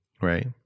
right